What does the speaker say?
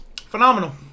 Phenomenal